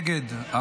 נגד,